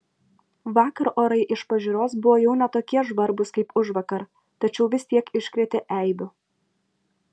vakar orai iš pažiūros buvo jau ne tokie žvarbūs kaip užvakar tačiau vis tiek iškrėtė eibių